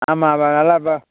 ஆமாம் நல்லா அப்போ